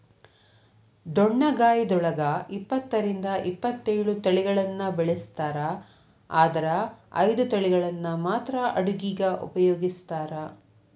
ಡೊಣ್ಣಗಾಯಿದೊಳಗ ಇಪ್ಪತ್ತರಿಂದ ಇಪ್ಪತ್ತೇಳು ತಳಿಗಳನ್ನ ಬೆಳಿಸ್ತಾರ ಆದರ ಐದು ತಳಿಗಳನ್ನ ಮಾತ್ರ ಅಡುಗಿಗ ಉಪಯೋಗಿಸ್ತ್ರಾರ